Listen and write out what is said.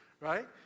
right